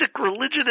religion